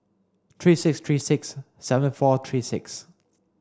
three six three six seven four three six